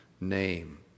name